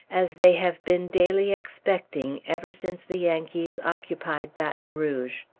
as they have been daily expecting ever since the yankees occupied baton rouge.